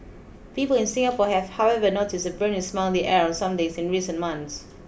people in Singapore have however noticed a burning smell in the air on some days in recent months